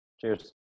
Cheers